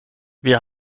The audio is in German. wir